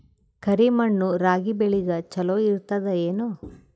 ಕರಿ ಮಣ್ಣು ರಾಗಿ ಬೇಳಿಗ ಚಲೋ ಇರ್ತದ ಏನು?